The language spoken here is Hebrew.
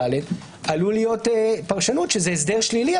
עלולה להיות פרשנות שזה הסדר שלילי,